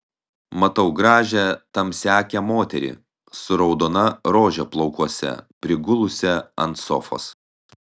matau gražią tamsiaakę moterį su raudona rože plaukuose prigulusią ant sofos